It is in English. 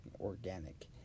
organic